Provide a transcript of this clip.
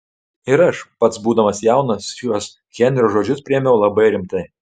ir aš pats būdamas jaunas šiuos henrio žodžius priėmiau labai rimtai